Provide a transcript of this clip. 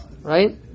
Right